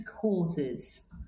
causes